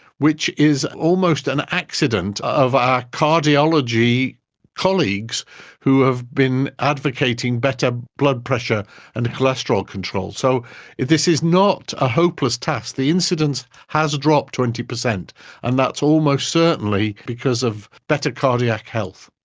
which is almost an accident of our cardiology colleagues who have been advocating better blood pressure and cholesterol control. so this is not a hopeless task. the incidence has dropped twenty percent and that's almost certainly because of a better cardiac health.